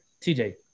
TJ